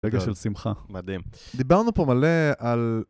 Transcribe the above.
רגע של שמחה. מדהים. דיברנו פה מלא על...